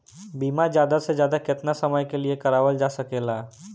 बीमा ज्यादा से ज्यादा केतना समय के लिए करवायल जा सकेला?